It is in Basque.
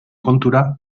kontura